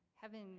Heaven